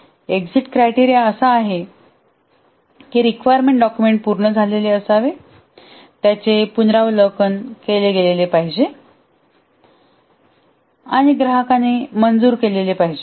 exit criteria असा आहे की रिक्वायरमेंट डॉक्युमेंट पूर्ण झालेले असावे त्याचे पुनरावलोकन केले गेलेले पाहिजे आणि ग्राहकाने मंजूर केलेले पाहिजे